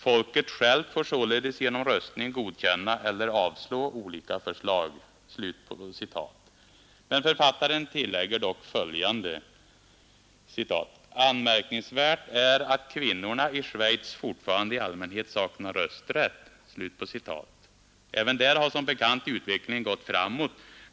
Folket självt får således genom röstning godkänna eller avslå olika förslag.” Författaren tillägger dock följande: ”Anmärkningsvärt är att kvinnorna i Schweiz fortfarande i allmänhet saknar rösträtt.” Även i det här fallet har som bekant utvecklingen gätt framåt.